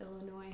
Illinois